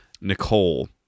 Nicole